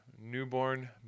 newborn